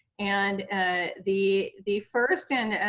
and ah the the first and,